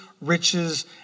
riches